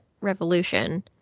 Revolution